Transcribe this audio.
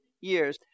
years